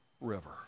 river